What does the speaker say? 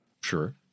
Sure